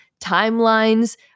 timelines